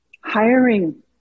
hiring